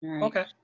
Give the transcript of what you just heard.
okay